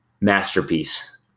masterpiece